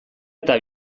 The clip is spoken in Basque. eta